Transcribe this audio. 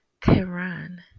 Tehran